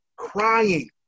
crying